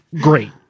great